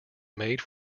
made